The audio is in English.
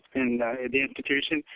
in the institution.